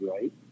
right